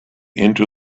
into